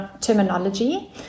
terminology